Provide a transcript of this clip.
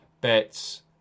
bets